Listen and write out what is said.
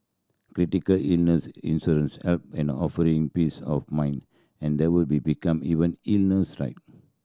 critical illness insurance help in a offering peace of mind and there will be become even illness strike